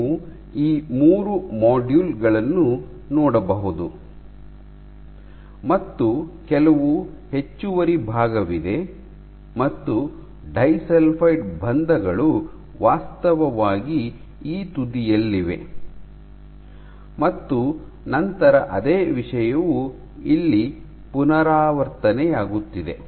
ನೀವು ಈ ಮೂರು ಮಾಡ್ಯೂಲ್ ಗಳನ್ನು ನೋಡಬಹುದು ಮತ್ತು ಕೆಲವು ಹೆಚ್ಚುವರಿ ಭಾಗವಿದೆ ಮತ್ತು ಡೈಸಲ್ಫೈಡ್ ಬಂಧಗಳು ವಾಸ್ತವವಾಗಿ ಈ ತುದಿಯಲ್ಲಿವೆ ಮತ್ತು ನಂತರ ಅದೇ ವಿಷಯವು ಇಲ್ಲಿ ಪುನರಾವರ್ತನೆಯಾಗುತ್ತಿದೆ